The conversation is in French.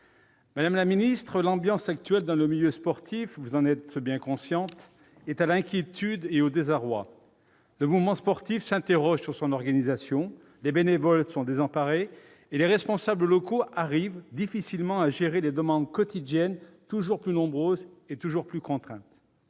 bien consciente, l'ambiance actuelle dans le milieu sportif est à l'inquiétude et au désarroi. Le mouvement sportif s'interroge sur son organisation ; les bénévoles sont désemparés et les responsables locaux arrivent difficilement à gérer les demandes quotidiennes toujours plus nombreuses et toujours plus contraintes.